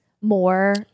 more